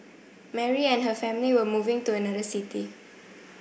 Mary and her family were moving to another city